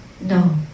No